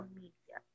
media